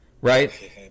right